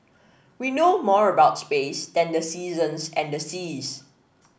we know more about space than the seasons and the seas